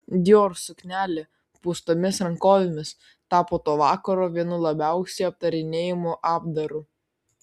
dior suknelė pūstomis rankovėmis tapo to vakaro vienu labiausiai aptarinėjamu apdaru